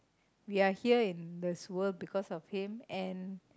we are here in this world because of him and